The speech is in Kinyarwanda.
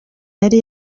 yari